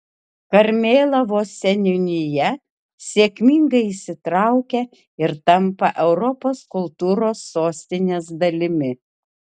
karmėlavos seniūnija sėkmingai įsitraukia ir tampa europos kultūros sostinės dalimi